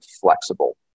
flexible